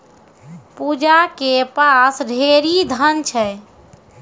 पूजा के पास ढेरी धन छै